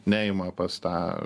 neima pas tą